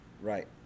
Right